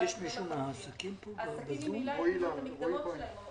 --- העסקים ממילא הפחיתו את המקדמות שלהם.